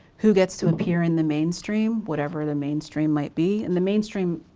who gets to appear in the mainstream, whatever the mainstream might be? and the mainstream,